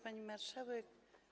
Pani Marszałek!